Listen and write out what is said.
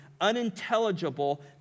unintelligible